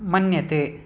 मन्यते